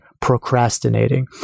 procrastinating